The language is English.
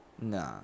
Nah